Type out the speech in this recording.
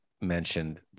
mentioned